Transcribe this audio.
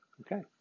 Okay